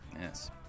Yes